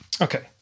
Okay